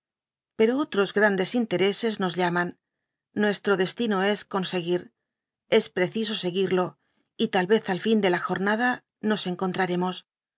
pero otros grandes intereses nos llaman nuestro destino es conseguir es preciso seguirlo y tal vez al fin de la jomada nos encontraremos